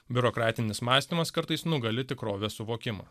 biurokratinis mąstymas kartais nugali tikrovės suvokimą